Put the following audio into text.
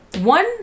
one